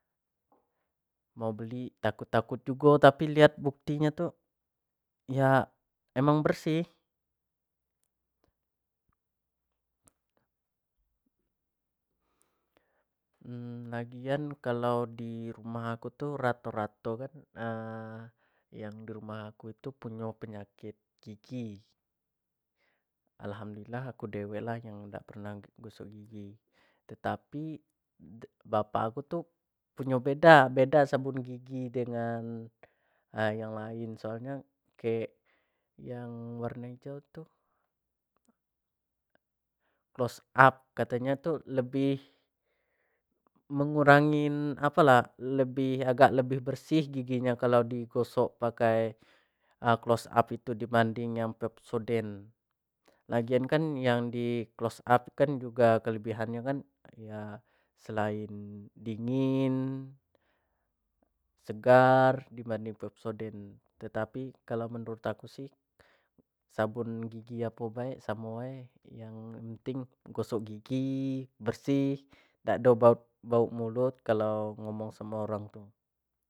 mau beli takut-takut jugo tapi lihat bukti nyo tu ya emang bersih lagian kaau di rumah aku tu rato-rato kan punyo penyakit gigi, alhamdulillah aku dewek lah yang idak pernah gosok gigi tetapi punyo bapak aku tu punyo beda sabun gigi dengan yang lain soal nyo kek yang warna hijau tu close up kato nyo tu lebih mengurangn apo lah lebih agak lebih bersh gigi nyo kalua di gosok pakai close up itu disbanding yang pakai pepsodent, lagian kan kalua yang di close up juga keebihan nyo kan, selain doingin, segar di banding pepsoden, tapi kalua menurut aku sih sabun gigi pao be samo bae, yang penting gosok gigi bersih dak do bauk mulut kalua ngomong samo orang tu.